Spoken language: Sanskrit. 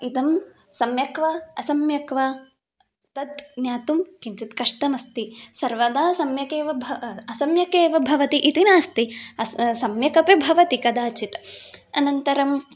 इदं सम्यक् वा असम्यक् वा तत् ज्ञातुं किञ्चित् कष्टम् अस्ति सर्वदा सम्यक् एव भ असम्यक् एव भवति इति नास्ति अस् सम्यक् अपि भवति कदाचित् अनन्तरम्